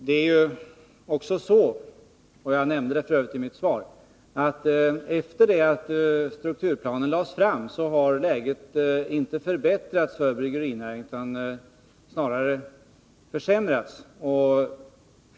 Som jag nämnde i mitt svar är det också så, att efter det att strukturplanen lades fram så har läget inte förbättrats för bryggerinäringen utan snarare försämrats.